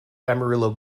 amarillo